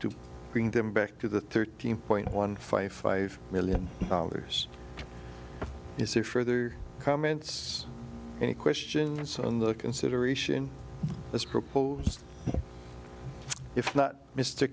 to bring them back to the thirteen point one five five million dollars is a further comments and a question on the consideration this proposal if not mr